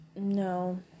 No